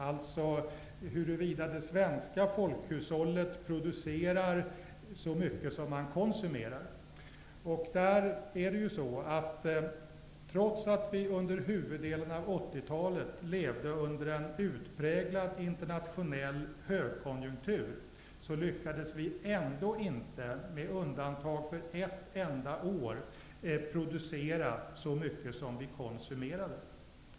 Det är fråga om huruvida det svenska folkhushållet producerar så mycket som det konsumerar. Trots att vi under huvuddelen av 80-talet levde under en utpräglad internationell högkonjunktur lyckades vi ändå inte, med undantag för ett enda år, producera så mycket som vi konsumerade.